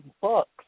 books